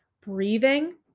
breathing